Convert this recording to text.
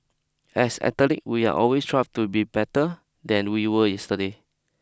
as athlete we are always to be better than we were yesterday